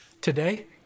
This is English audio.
Today